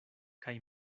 kaj